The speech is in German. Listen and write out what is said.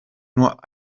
nur